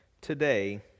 today